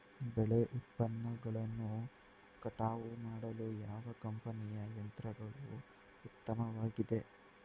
ಬೆಳೆ ಉತ್ಪನ್ನಗಳನ್ನು ಕಟಾವು ಮಾಡಲು ಯಾವ ಕಂಪನಿಯ ಯಂತ್ರಗಳು ಉತ್ತಮವಾಗಿವೆ?